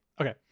okay